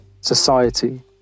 society